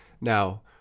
Now